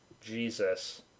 Jesus